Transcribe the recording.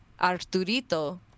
Arturito